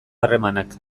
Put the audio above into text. harremanak